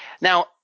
Now